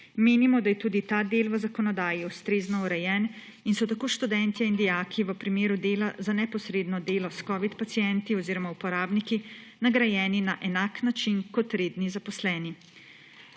Menimo, da je tudi ta del v zakonodaji ustrezno urejen in so tako študentje in dijaki v primeru dela za neposredno delo s covid pacienti oziroma uporabniki nagrajeni na enak način kot redni zaposleni.